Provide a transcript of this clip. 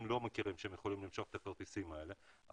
לא מכירים שהם יכולים למשוך את הכרטיסים האלה,